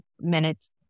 minutes